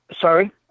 Sorry